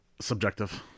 subjective